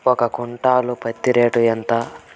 ఒక క్వింటాలు పత్తి రేటు ఎంత?